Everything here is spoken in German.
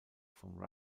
vom